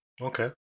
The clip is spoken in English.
Okay